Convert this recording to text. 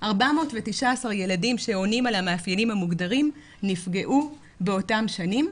419 ילדים שעונים על המאפיינים המוגדרים נפגעו באותם שנים,